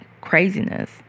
craziness